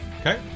Okay